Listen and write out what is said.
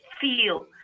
feel